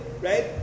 right